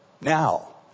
Now